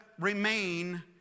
remain